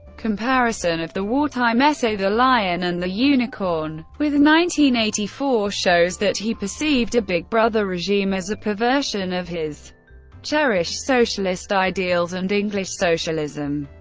comparison of the wartime essay the lion and the unicorn with nineteen eighty-four shows that he perceived a big brother regime as a perversion of his cherished socialist ideals and english socialism.